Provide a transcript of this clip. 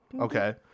okay